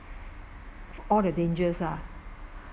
all the dangers lah